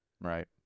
Right